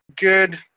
good